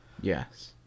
Yes